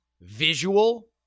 visual